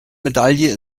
medaille